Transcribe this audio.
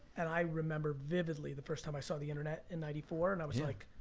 and i remember vividly, the first time i saw the internet in ninety four, and i was yeah like,